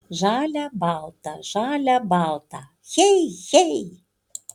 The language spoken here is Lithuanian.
žalia balta žalia balta hey hey